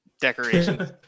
decoration